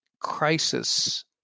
crisis